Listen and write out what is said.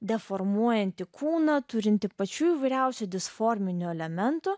deformuojanti kūną turinti pačių įvairiausių disforminių elementų